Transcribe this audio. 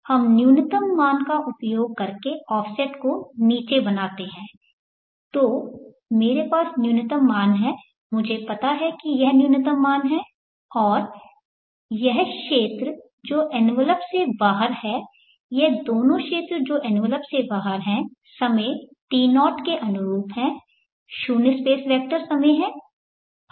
इसलिए हम न्यूनतम मान का उपयोग करके ऑफसेट को नीचे बनाते हैं तो मेरे पास न्यूनतम मान है मुझे पता है कि यह न्यूनतम मान है और यह क्षेत्र जो एनवेलप से बाहर है ये दोनों क्षेत्र जो एनवेलप से बाहर है समय T0 के अनुरूप है 0 स्पेस वेक्टर समय है